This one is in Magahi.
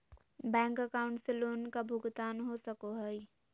बैंक अकाउंट से लोन का भुगतान हो सको हई?